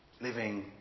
living